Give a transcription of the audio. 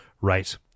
right